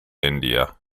india